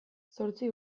zortzi